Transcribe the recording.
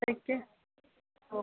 തയ്ക്കാൻ ഓ